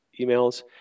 emails